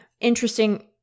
interesting